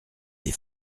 les